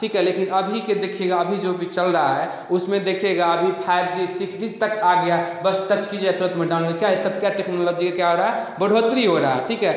ठीक है लेकिन अभी के देखिएगा अभी जो भी चल रहा है उसमें देखिएगा अभी फाइव जी सिक्स जी तक आ गया बस टच कीजिए तुरंत में डाउनलोड क्या ये सब क्या टेक्नोलॉजी का क्या हो रहा है बढ़ोतरी हो रहा ठीक है